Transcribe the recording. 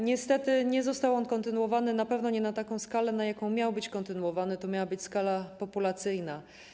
Niestety, nie był on kontynuowany, na pewno nie na taką skalę, na jaką miał być kontynuowany - to miała być skala populacyjna.